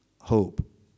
hope